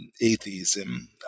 atheism